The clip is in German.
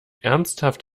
ernsthaft